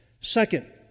Second